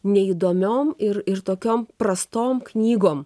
neįdomiom ir ir tokiom prastom knygom